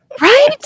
Right